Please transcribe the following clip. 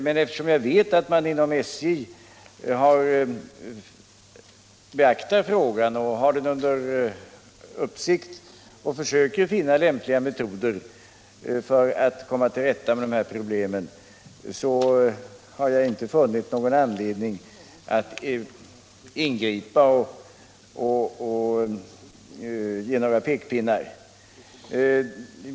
Men då jag vet att man inom SJ har frågan under uppsikt och söker efter lämpliga metoder för att komma till rätta med dessa problem, har jag inte funnit anledning att ingripa med några pekpinnar.